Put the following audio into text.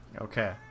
Okay